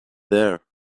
there